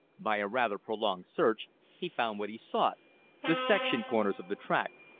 by a rather prolonged search he found what he sought the section corners of the tract,